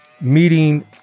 meeting